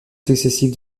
successives